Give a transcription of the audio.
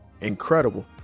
incredible